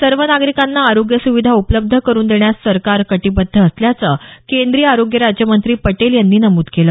सर्व नागरिकांना आरोग्य सुविधा उपलब्ध करुन देण्यास सरकार कटीबद्ध असल्याचं केंद्रीय आरोग्य राज्य मंत्री पटेल यांनी नमूद केलं